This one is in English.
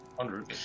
hundred